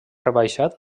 rebaixat